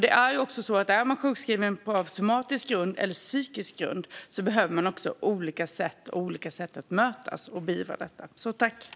Det är också så att man behöver bemöta den som är sjukskriven på olika sätt beroende på om det är på somatisk grund eller på psykisk grund, och man behöver hantera det på olika sätt.